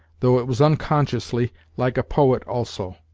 though it was unconsciously, like a poet also.